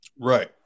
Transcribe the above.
Right